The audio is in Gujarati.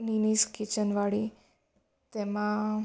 નિનિસ કિચન વાળી તેમાં